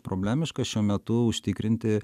problemiška šiuo metu užtikrinti